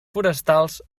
forestals